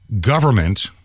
government